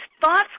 thoughts